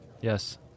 Yes